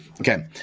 Okay